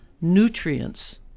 nutrients